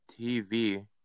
TV